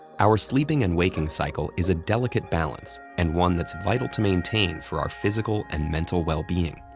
our sleeping and waking cycle is a delicate balance, and one that's vital to maintain for our physical and mental wellbeing.